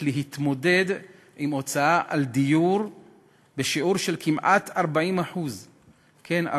להתמודד עם הוצאה על דיור בשיעור של כמעט 40% כן,